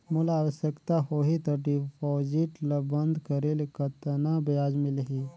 मोला आवश्यकता होही त डिपॉजिट ल बंद करे ले कतना ब्याज मिलही?